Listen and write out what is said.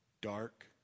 dark